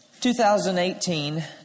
2018